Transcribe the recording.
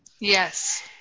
Yes